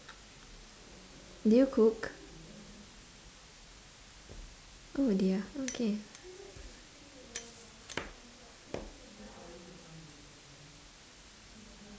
do you cook oh dear okay